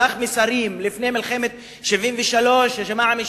שלח מסרים לפני מלחמת 73' יא ג'מאעה,